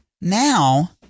Now